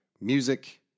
music